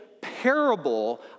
parable